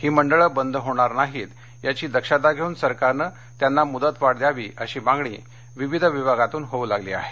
ही मंडळे बंद होणार नाहीत याची दक्षता घेऊन सरकारनं त्याना मुदतवाढ द्यावी अशी मागणी विविध विभागातून होऊ लागली आहे